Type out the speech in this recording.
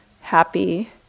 happy